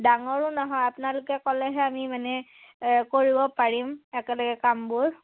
ডাঙৰো নহয় আপোনালোকে ক'লেহে আমি মানে কৰিব পাৰিম একেলগে কামবোৰ